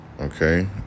okay